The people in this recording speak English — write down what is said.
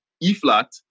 E-flat